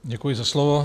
Děkuji za slovo.